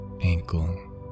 ankle